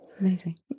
amazing